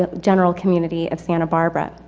ah general community of santa barbara.